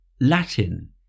Latin